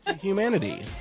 Humanity